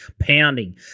pounding